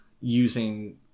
using